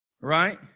right